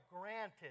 granted